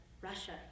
Russia